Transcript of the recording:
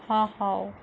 ହଁ ହେଉ